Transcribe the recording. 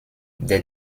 des